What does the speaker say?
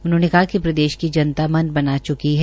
उन्होंने कहा कि प्रदेश की जनता मन बना च्की है